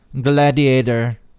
gladiator